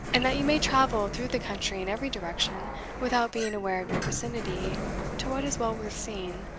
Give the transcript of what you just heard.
and that you may travel through the country in every direction without being aware of your vicinity to what is well worth seeing,